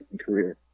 career